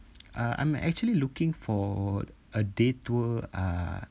uh I'm actually looking for a day tour uh